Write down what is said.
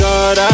God